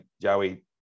Joey